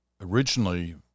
Originally